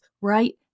right